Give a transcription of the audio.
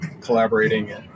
collaborating